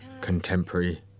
contemporary